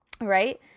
right